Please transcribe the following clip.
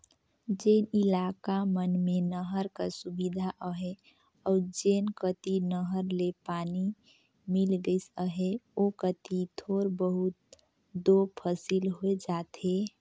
जेन इलाका मन में नहर कर सुबिधा अहे अउ जेन कती नहर ले पानी मिल गइस अहे ओ कती थोर बहुत दो फसिल होए जाथे